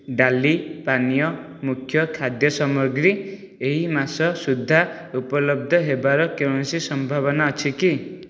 ଡାଲି ପାନୀୟ ମୁଖ୍ୟ ଖାଦ୍ୟ ସାମଗ୍ରୀ ଏହି ମାସ ସୁଦ୍ଧା ଉପଲବ୍ଧ ହେବାର କୌଣସି ସମ୍ଭାବନା ଅଛି କି